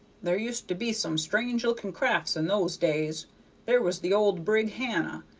there used to be some strange-looking crafts in those days there was the old brig hannah.